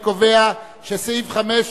אני קובע שסעיף 5,